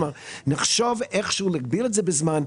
כלומר נחשוב איכשהו להגביל את זה בזמן,